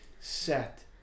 set